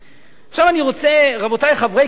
עכשיו אני רוצה, רבותי חברי קדימה,